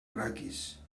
raquis